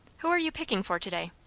who are you picking for to-day?